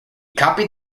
copied